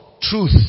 truth